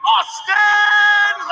Austin